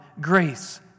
grace